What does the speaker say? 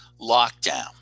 lockdown